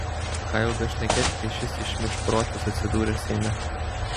ką jau bešnekėti kai šis išmyžprotis atsidūrė seime